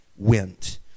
went